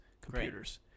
computers